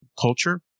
culture